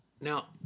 Now